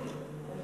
איציק.